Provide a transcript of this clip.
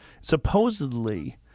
Supposedly